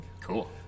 Cool